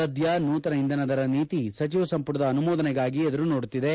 ಸದ್ದ ನೂತನ ಇಂಧನ ದರ ನೀತಿ ಸಚಿವ ಸಂಪುಟದ ಅನುಮೋದನೆಗಾಗಿ ಎದುರು ನೋಡುತ್ತಿದೆ